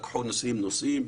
לקחו נושאים-נושאים,